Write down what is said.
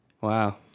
Wow